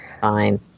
Fine